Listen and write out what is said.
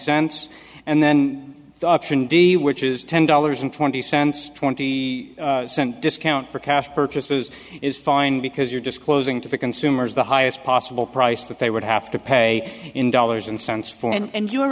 cents and then the option d which is ten dollars and twenty cents twenty cent discount for cash purchases is fine because you're disclosing to the consumers the highest possible the price that they would have to pay in dollars and cents for and your